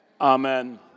Amen